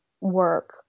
work